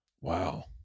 Wow